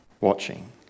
watching